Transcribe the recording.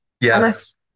Yes